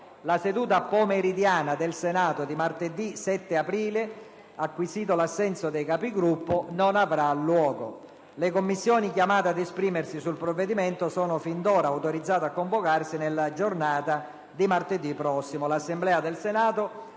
la seduta pomeridiana del Senato di martedì 7 aprile, acquisito l'assenso dei Capigruppo, non avrà luogo. Le Commissioni chiamate ad esprimersi sul provvedimento sono fin d'ora autorizzate a convocarsi nella giornata di martedì prossimo.